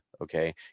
okay